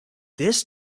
this